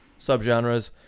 subgenres